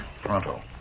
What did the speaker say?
pronto